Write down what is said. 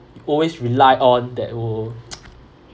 always rely on that will